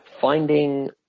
finding